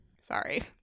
sorry